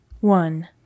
One